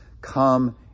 come